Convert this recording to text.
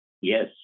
Yes